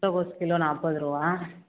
முட்டைகோஸ் கிலோ நாற்பதுரூவா